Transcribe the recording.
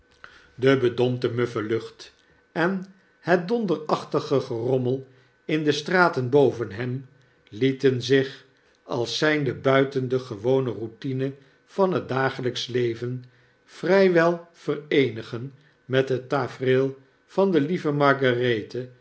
debedompte muffe lucht en het donderachtige gerommel in de straten boven hem lieten zich als zynde buiten de gewone routine van het dagelyksch leven vry wel vereenigen met het tafereel van de lieve margarethe